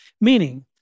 Meaning